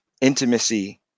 intimacy